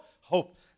hope